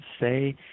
say